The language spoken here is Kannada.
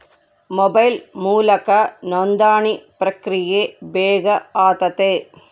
ಮೊಬೈಲ್ ಮೂಲಕ ನೋಂದಣಿ ಪ್ರಕ್ರಿಯೆ ಬೇಗ ಆತತೆ